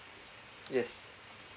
yes